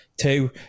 Two